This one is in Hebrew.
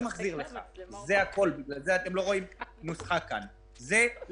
לקחנו את נתוני